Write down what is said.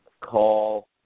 call